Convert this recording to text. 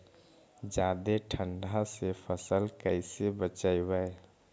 जादे ठंडा से फसल कैसे बचइबै?